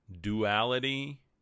duality